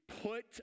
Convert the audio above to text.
put